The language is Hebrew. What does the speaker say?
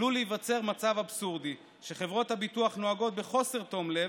עלול להיווצר מצב אבסורדי שחברות הביטוח נוהגות בחוסר תום לב,